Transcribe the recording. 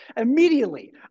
immediately